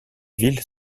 villes